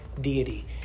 Deity